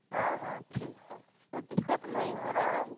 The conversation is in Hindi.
हाँ हाँ ठीक है कोई दिक़्क़त नहीं हो रही है